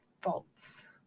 faults